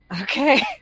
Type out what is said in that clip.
Okay